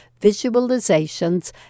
visualizations